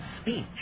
speech